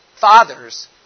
Fathers